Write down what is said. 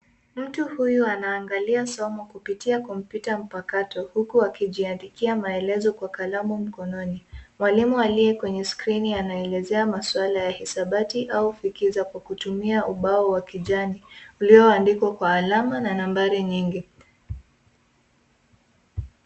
Mtu huyu anaangalia somo kupitia kompyuta mpakato huku akijiandikia maelezo kwa kalamu mkononi. Mwalimu aliye kwenye skrini anaelezea maswala ya hisabati au fikiza kwa kutumia ubao wa kijani ulioandikwa kwa alama na nambari nyingi.